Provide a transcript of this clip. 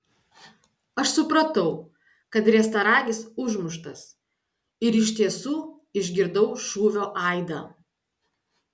aš supratau kad riestaragis užmuštas ir iš tiesų išgirdau šūvio aidą